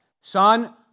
Son